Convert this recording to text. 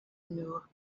knew